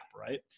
right